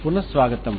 పునఃస్వాగతం